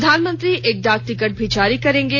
प्रधानमंत्री एक डाक टिकट भी जारी करेंगे